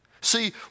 See